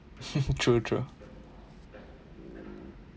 true true